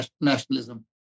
nationalism